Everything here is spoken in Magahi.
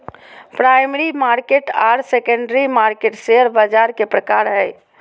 प्राइमरी मार्केट आर सेकेंडरी मार्केट शेयर बाज़ार के प्रकार हइ